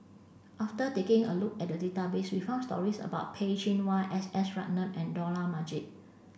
after taking a look at the database we found stories about Peh Chin Hua S S Ratnam and Dollah Majid